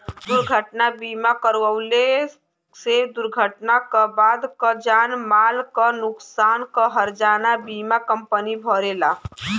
दुर्घटना बीमा करवले से दुर्घटना क बाद क जान माल क नुकसान क हर्जाना बीमा कम्पनी भरेला